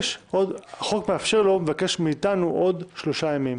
החוק מאפשר לו לבקש מאיתנו עוד שלושה ימים.